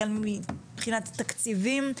החל מבחינת התקציבים,